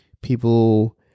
people